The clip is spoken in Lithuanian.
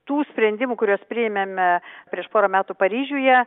tų sprendimų kuriuos priėmėme prieš porą metų paryžiuje